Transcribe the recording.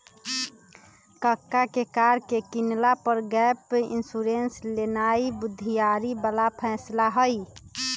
कक्का के कार के किनला पर गैप इंश्योरेंस लेनाइ बुधियारी बला फैसला रहइ